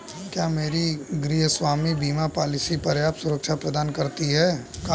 क्या मेरी गृहस्वामी बीमा पॉलिसी पर्याप्त सुरक्षा प्रदान करती है?